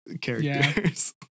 characters